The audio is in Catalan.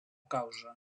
causa